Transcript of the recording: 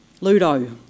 Ludo